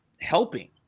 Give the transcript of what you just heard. helping